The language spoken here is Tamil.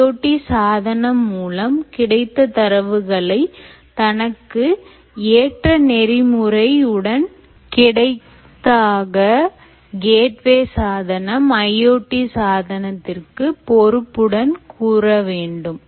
IoTசாதனம் மூலம் கிடைத்த தரவுகளை தனக்கு ஏற்ற நெறிமுறை உடன் கிடைத்த ஆக கேட்வே சாதனம் IoT சாதனத்திற்கு பொறுப்புடன் கூறவேண்டும்